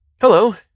Hello